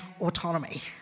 autonomy